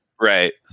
right